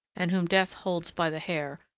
and whom death holds by the hair,